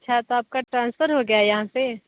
अच्छा तो आपका ट्रांसफ़र हो गया यहाँ से